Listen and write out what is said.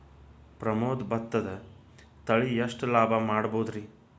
ಪ್ರಮೋದ ಭತ್ತದ ತಳಿ ಎಷ್ಟ ಲಾಭಾ ಮಾಡಬಹುದ್ರಿ?